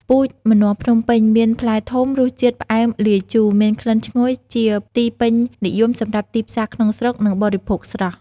ពូជម្នាស់ភ្នំពេញមានផ្លែធំ រសជាតិផ្អែមលាយជូរ មានក្លិនឈ្ងុយ ជាទីពេញនិយមសម្រាប់ទីផ្សារក្នុងស្រុក និងបរិភោគស្រស់។